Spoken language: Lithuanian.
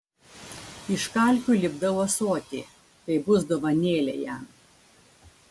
iš kalkių lipdau ąsotį tai bus dovanėlė jam